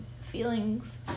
feelings